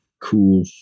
Cool